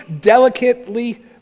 delicately